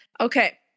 okay